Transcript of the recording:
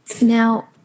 now